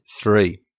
three